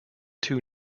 two